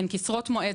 הן קצרות מועד,